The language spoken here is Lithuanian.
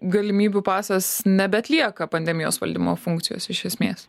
galimybių pasas nebeatlieka pandemijos valdymo funkcijos iš esmės